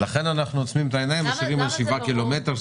לכן אנחנו עוצמים עיניים ונשארים על שבעה קילומטרים,